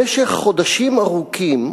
במשך חודשים ארוכים,